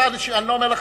אני לא אומר לך